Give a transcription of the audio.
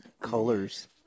colors